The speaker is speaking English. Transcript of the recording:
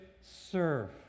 serve